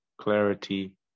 Clarity